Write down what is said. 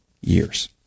years